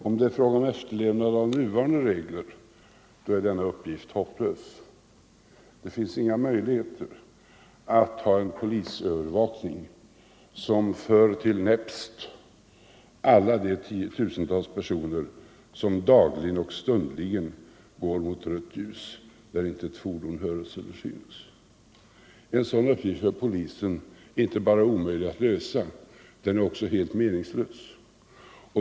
Om det är fråga om efterlevnad av nuvarande regler är denna uppgift hopplös. Det finns inga möjligheter att ha en polisövervakning som för till näpst alla de tiotusentals personer som dagligen och stundligen går mot rött ljus när intet fordon höres eller synes. En sådan uppgift för polisen är inte bara omöjlig att lösa; den är också helt meningslös.